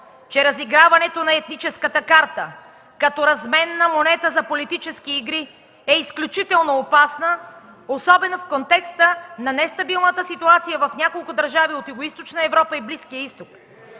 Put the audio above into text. че разиграването на етническата карта, като разменна монета за политически игри, е изключително опасно, особено в контекста на нестабилната ситуация на няколко държави от Югоизточна Европа и Близкия Изток.